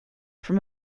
from